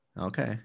okay